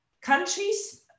Countries